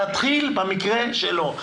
תתחיל במקרה שלו.